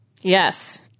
yes